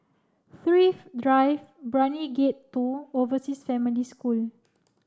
Thrift Drive Brani Gate two Overseas Family School